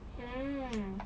mm